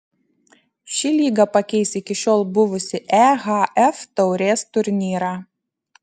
ši lyga pakeis iki šiol buvusį ehf taurės turnyrą